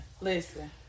listen